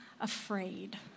afraid